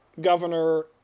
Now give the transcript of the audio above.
governor